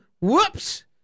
whoops